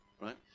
Right